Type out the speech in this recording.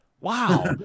Wow